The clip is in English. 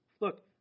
Look